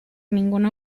ninguna